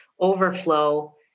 overflow